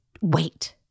wait